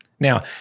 Now